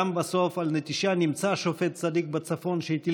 בסוף גם על נטישה נמצא שופט צדיק בצפון שהטיל